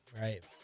Right